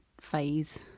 phase